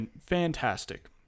fantastic